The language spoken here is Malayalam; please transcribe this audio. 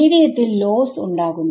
മീഡിയത്തിൽ ലോസ് ഉണ്ടാകുന്നു